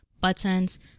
buttons